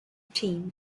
team